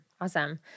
awesome